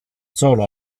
solo